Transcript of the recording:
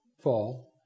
fall